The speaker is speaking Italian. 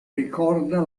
ricorda